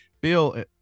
bill